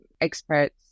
experts